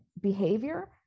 behavior